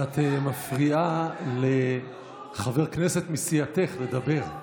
אבל את מפריעה לחברת כנסת מסיעתך לדבר.